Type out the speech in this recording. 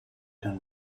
den